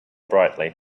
brightly